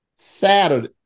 Saturday